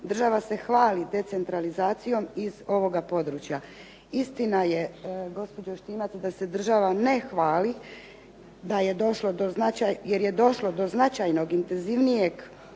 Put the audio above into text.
"Država se hvali decentralizacijom iz ovoga područja.". Istina je gospođo Štimac da se država ne hvali jer je došlo do značajnog intenzivnijeg